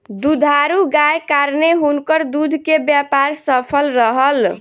दुधारू गायक कारणेँ हुनकर दूध के व्यापार सफल रहल